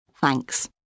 thanks